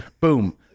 Boom